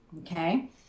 okay